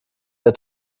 der